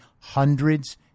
hundreds